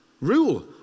rule